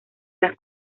las